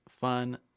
fun